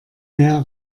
mehr